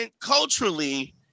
culturally